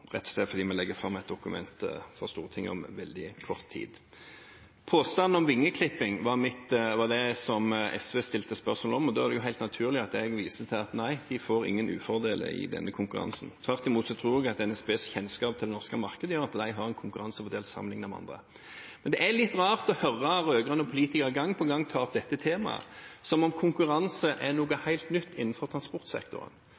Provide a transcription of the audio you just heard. rett og slett fordi vi legger fram et dokument for Stortinget om veldig kort tid. Påstanden om vingeklipping var det SV stilte spørsmål om. Da er det helt naturlig at jeg viste til at nei, de får ingen ufordeler i denne konkurransen. Tvert imot tror jeg at NSBs kjennskap til det norske markedet gjør at de har en konkurransefordel sammenlignet med andre. Men det er litt rart å høre rød-grønne politikere gang på gang ta opp dette temaet, som om konkurranse er noe